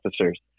officers